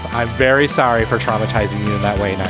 i'm very sorry for traumatizing you in that way